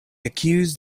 accused